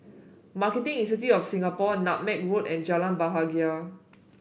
Marketing Institute of Singapore Nutmeg Road and Jalan Bahagia